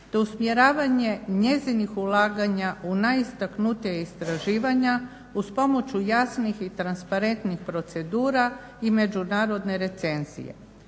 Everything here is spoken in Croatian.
te usmjeravanje njezinih ulaganja u najistaknutija istraživanja uz pomoću jasnih i transparentnih procedura i međunarodne recenzije.